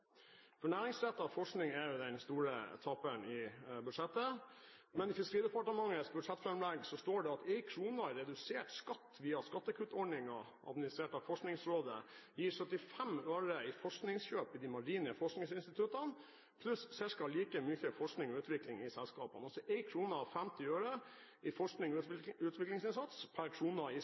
forskning er jo den store taperen i dette budsjettet. Men i Fiskeridepartementets budsjettframlegg står det at 1 kr av redusert skatt via SkatteFUNN-ordningen administrert av Forskningsrådet gir 75 øre i forskningskjøp i de marine forskningsinstituttene, pluss ca. like mye forskning og utvikling i selskapene, altså 1,50 kr i forskning og utviklingsinnsats per